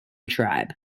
tribe